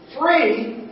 Free